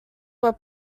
were